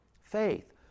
faith